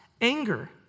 anger